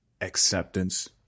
acceptance